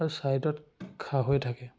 আৰু ছাইডত খাৱৈ থাকে